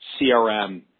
CRM